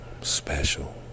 special